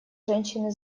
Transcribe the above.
женщины